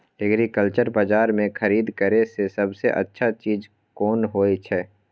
Agriculture बाजार में खरीद करे से सबसे अच्छा चीज कोन होय छै?